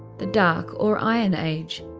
the dark or iron age,